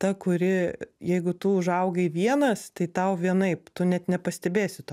ta kuri jeigu tu užaugai vienas tai tau vienaip tu net nepastebėsi to